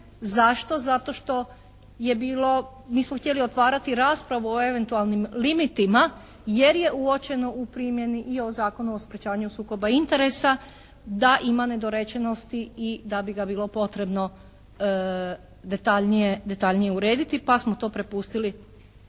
Zašto? Zato što je bilo, mi smo htjeli otvarati raspravu o eventualnim limitima jer je uočeno u primjeni i o Zakonu o sprječavanju sukoba interesa da ima nedorečenosti i da bi ga bilo potrebno detaljnije urediti pa smo to prepustili